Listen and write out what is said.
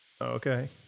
Okay